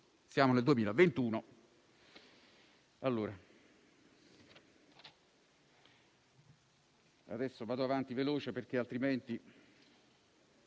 siamo nel 2021.